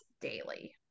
daily